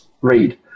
read